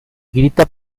grita